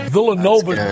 Villanova